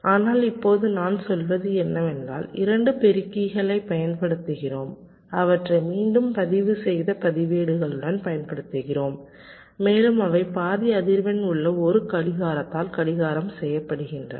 ஆனால் இப்போது நான் சொல்வது என்னவென்றால் 2 பெருக்கிகளைப் பயன்படுத்துகிறோம் அவற்றை மீண்டும் பதிவுசெய்த பதிவேடுகளுடன் பயன்படுத்துகிறோம் மேலும் அவை பாதி அதிர்வெண் உள்ள ஒரு கடிகாரத்தால் கடிகாரம் செய்யப்படுகின்றன